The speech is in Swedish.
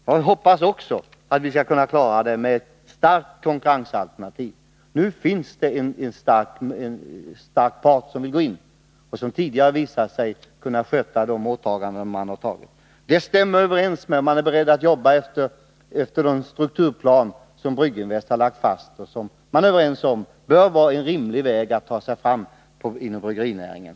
Han hoppas också att vi skall kunna klara det med ett starkt konkurrensalternativ. Nu finns det en stark part som vill gå in och som tidigare visat sig kunna sköta de åtaganden man gjort. Man är beredd att jobba efter de strukturplaner som Brygginvest har lagt fast. Man är överens om att det här är en rimlig väg när det gäller att ta sig fram inom bryggerinäringen.